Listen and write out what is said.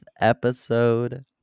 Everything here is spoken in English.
episode